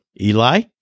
Eli